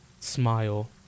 smile